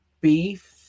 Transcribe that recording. beef